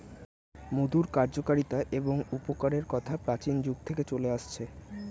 মধুর কার্যকারিতা এবং উপকারের কথা প্রাচীন যুগ থেকে চলে আসছে